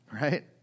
right